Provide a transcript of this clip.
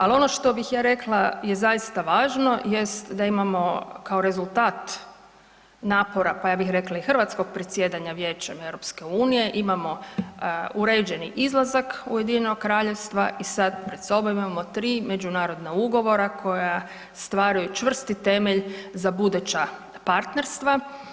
Ali ono što bih ja rekla je zaista važno, jest da imamo kao rezultat napora pa ja bih rekla i hrvatskog predsjedanja Vijećem EU, imamo uređeni izlazak Ujedinjenog Kraljevstva i sad pred sobom imamo 3 međunarodna ugovora koja stvaraju čvrsti temelj za buduća partnerstva.